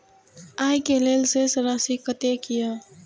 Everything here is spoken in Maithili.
आय के लेल शेष राशि कतेक या?